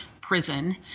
prison